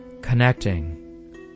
Connecting